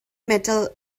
metal